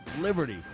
Liberty